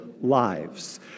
lives